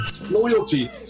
Loyalty